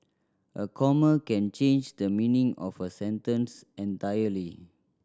a comma can change the meaning of a sentence entirely